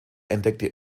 entdeckte